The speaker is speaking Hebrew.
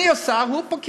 אני השר והוא פקיד,